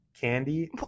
Candy